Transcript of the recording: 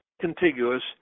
contiguous